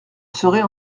serait